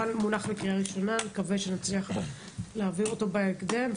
מונח לקריאה ראשונה ונקווה שנצליח להעביר אותו בהקדם.